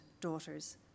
daughters